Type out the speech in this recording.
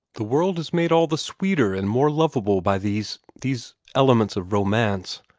the world is made all the sweeter and more lovable by these these elements of romance.